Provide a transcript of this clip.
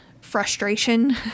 frustration